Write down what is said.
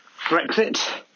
Brexit